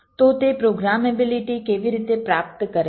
તો તે પ્રોગ્રામેબિલિટી કેવી રીતે પ્રાપ્ત કરે છે